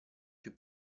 più